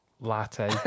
latte